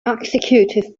executive